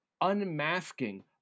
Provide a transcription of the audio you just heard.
unmasking